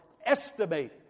estimate